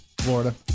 Florida